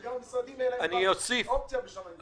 שגם למשרדים תהיה בכלל אופציה בשנת 2020?